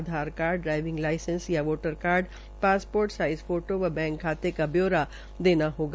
आधार card driving licence या voter card passport size photo व bank खाते का ब्यौरा देना होगा